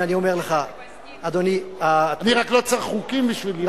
אני רק לא צריך חוקים בשביל זה.